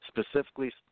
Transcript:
specifically